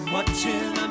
Watching